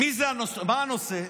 מה הנושא?